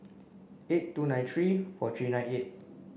eight two nine three four three nine eight